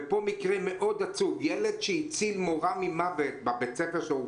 וגם מקרה מאוד עצוב: ילד שהציל מורה ממוות בבית הספר שלו הוא